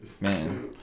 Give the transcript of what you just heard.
Man